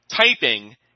typing